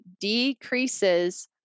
decreases